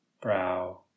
brow